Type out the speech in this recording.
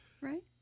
right